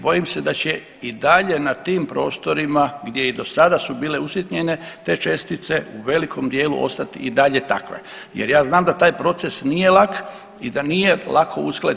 Bojim se d aće i dalje na tim prostorima gdje i do sada su bile usitnjene te čestice u velikom dijelu ostat i dalje takve jer ja znam da taj proces nije lak i da nije lako uskladit.